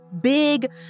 big